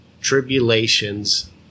tribulations